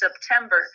September